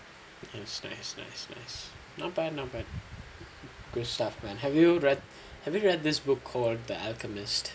it's nice nice nice not bad not bad good stuff man have you read have you read this book called the alchemists